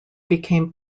became